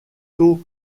tôt